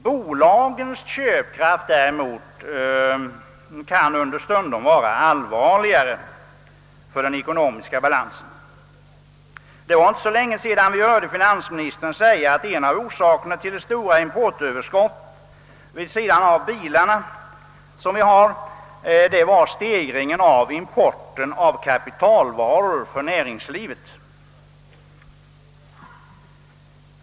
Bolagens köpkraft kan däremot understundom vara allvarligare för den ekonomiska balansen. Det var inte så länge sedan vi hörde finansministern säga att en av orsakerna till det stora importöverskottet vid sidan om bilarna var stegringen av importen av kapitalvaror för näringslivet.